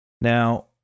Now